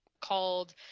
Called